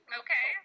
okay